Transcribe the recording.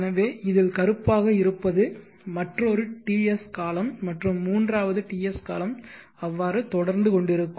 எனவே இதில் கருப்பாக இருப்பது மற்றொரு Ts காலம் மற்றும் மூன்றாவது TS காலம் அவ்வாறு தொடர்ந்து கொண்டிருக்கும்